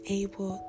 able